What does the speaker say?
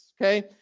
okay